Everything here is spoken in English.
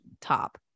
top